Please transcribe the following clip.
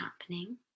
happening